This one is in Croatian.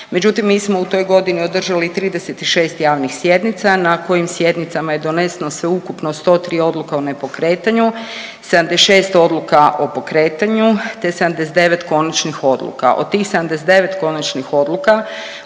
Međutim, mi smo u toj godini održali 36 javnih sjednica na kojim sjednicama je doneseno sveukupno 103 odluka o nepokretanju, 76 odluka o pokretanju te 79 konačnih odluka. Od tih 79 konačnih odluka